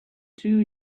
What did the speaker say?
two